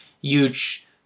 huge